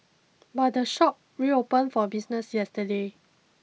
but the shop reopened for business yesterday